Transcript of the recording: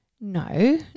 No